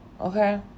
okay